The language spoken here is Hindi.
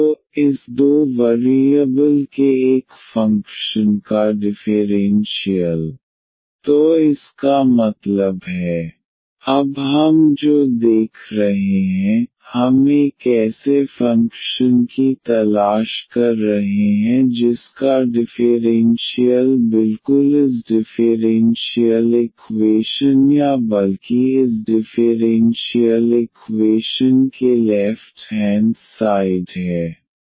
तो इस दो वरीयबल के एक फंकशन का डिफ़ेरेन्शियल ∂f∂xdx∂f∂ydyMdxNdy तो इसका मतलब है अब हम जो देख रहे हैं हम एक ऐसे फ़ंक्शन की तलाश कर रहे हैं जिसका डिफ़ेरेन्शियल बिल्कुल इस डिफ़ेरेन्शियल इक्वेशन या बल्कि इस डिफ़ेरेन्शियल इक्वेशन के लेफ्ट हेंड साइड है और